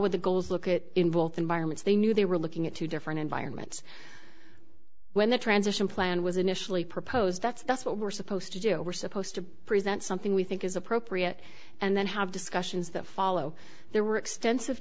would the goals look at involved environments they knew they were looking at two different environments when the transition plan was initially proposed that's that's what we're supposed to do we're supposed to present something we think is appropriate and then have discussions that follow there were extensive